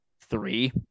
three